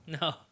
No